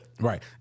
Right